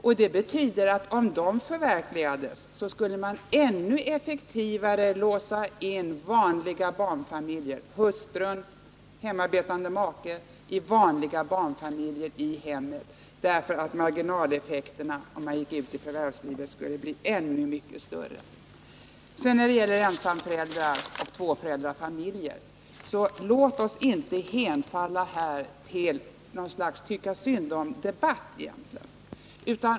Jag har då funnit att om de förverkligades, så skulle man ännu effektivare låsa in hustrun i vanliga barnfamiljer i hemmen, därför att marginaleffekterna skulle bli ännu mycket större än i regeringens förslag om hon gick ut i förvärvslivet. Sedan vill jag återkomma till frågan om ensamförälderresp. tvåförälderfamiljer och säga: Låt oss inte hemfalla åt något slags tycka-synd-om-debatt!